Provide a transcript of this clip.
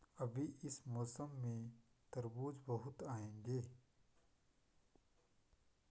अभी इस मौसम में तरबूज बहुत आएंगे